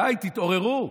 די, תתעוררו.